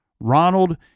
Ronald